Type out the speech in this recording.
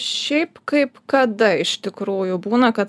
šiaip kaip kada iš tikrųjų būna kad